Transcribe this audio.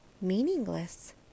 Meaningless